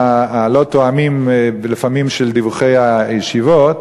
הלא-תואמים לפעמים בדיווחי הישיבות.